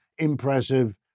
impressive